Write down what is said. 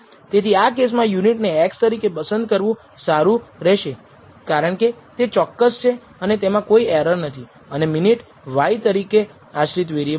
તેથી આ કેસમાં યુનિટને x તરીકે પસંદ કરવું સારું રહેશે કારણકે તે ચોક્કસ છે અને તેમાં કોઈ એરર નથી અને મિનિટ y તરીકે આશ્રિત વેરિએબલ